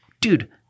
dude